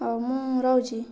ହଉ ମୁଁ ରହୁଛି